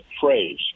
phrase